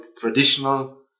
traditional